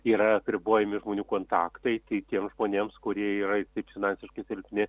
yra apribojami žmonių kontaktai tai tiems žmonėms kurie yra finansiškai silpni